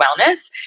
wellness